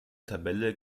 tabelle